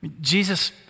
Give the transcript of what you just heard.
Jesus